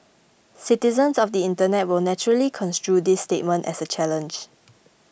citizens of the Internet will naturally construe this statement as a challenge